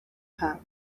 have